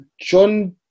John